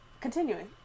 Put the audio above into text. Continuing